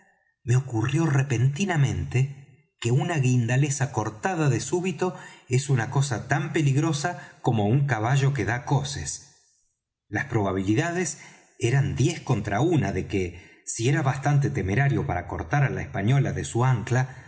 me ocurrió repentinamente que una guindaleza cortada de súbito es una cosa tan peligrosa como un caballo que da coces las probabilidades eran diez contra una de que si era bastante temerario para cortar á la española de su ancla